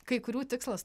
kai kurių tikslas